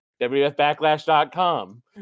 wfbacklash.com